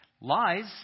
Lies